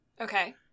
Okay